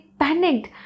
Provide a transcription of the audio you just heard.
panicked